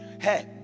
Hey